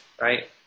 right